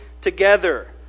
together